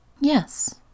Yes